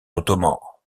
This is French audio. ottomans